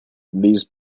these